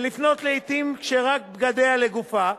ולפנות, לעתים כשרק בגדיה לגופה,